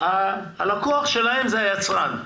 אלא הלקוח שלהם הוא היצרן.